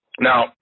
Now